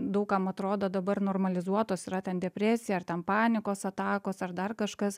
daug kam atrodo dabar normalizuotos yra ten depresija ar ten panikos atakos ar dar kažkas